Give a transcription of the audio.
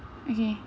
okay